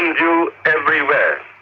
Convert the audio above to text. um everywhere.